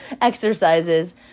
exercises